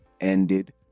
ended